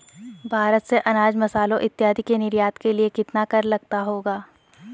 भारत से अनाज, मसालों इत्यादि के निर्यात के लिए कितना कर लगता होगा?